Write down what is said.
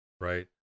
right